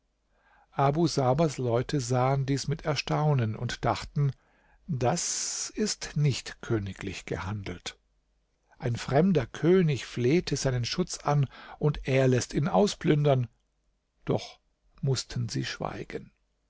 abu sabers leute sahen dies mit erstaunen und dachten das ist nicht königlich gehandelt ein fremder könig fleht seinen schutz an und er läßt ihn ausplündern doch mußten sie schweigen